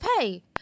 pay